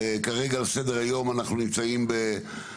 וכרגע על סדר היום אנחנו נמצאים בדיון